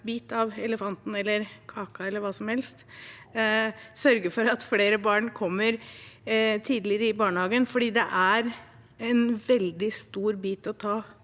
sørge for at flere barn kommer tidligere i barnehagen. Det er en veldig stor bit å ta